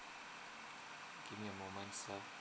give me a moment sir